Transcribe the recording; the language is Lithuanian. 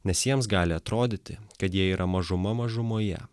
nes jiems gali atrodyti kad jie yra mažuma mažumoje